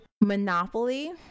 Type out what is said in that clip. Monopoly